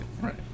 Right